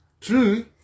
true